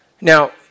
Now